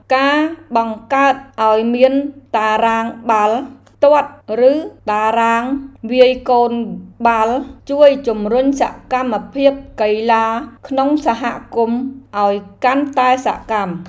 ការបង្កើតឱ្យមានតារាងបាល់ទាត់ឬតារាងវាយកូនបាល់ជួយជម្រុញសកម្មភាពកីឡាក្នុងសហគមន៍ឱ្យកាន់តែសកម្ម។